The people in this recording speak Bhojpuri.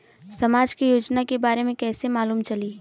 समाज के योजना के बारे में कैसे मालूम चली?